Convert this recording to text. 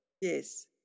Yes